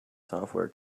software